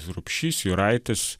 rupšys juraitis